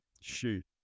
Shoot